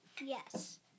yes